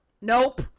nope